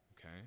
Okay